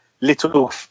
little